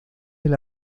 del